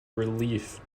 relief